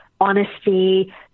honesty